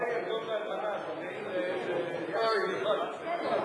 גר, יתום ואלמנה זכאים ליחס מיוחד אצלנו.